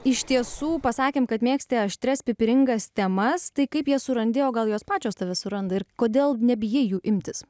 iš tiesų pasakėm kad mėgsti aštrias pipringas temas tai kaip jas surandi o gal jos pačios tave suranda ir kodėl nebijai jų imtis